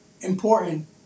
important